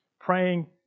Praying